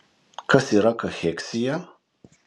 kas yra kacheksija